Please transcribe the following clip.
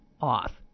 off